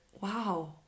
Wow